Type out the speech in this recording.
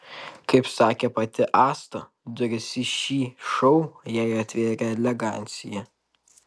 kaip sakė pati asta duris į šį šou jai atvėrė elegancija